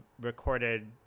recorded